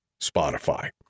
Spotify